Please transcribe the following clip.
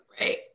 Right